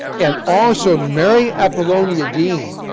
and also mary apolonia dean,